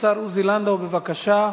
השר עוזי לנדאו, בבקשה,